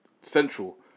central